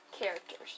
characters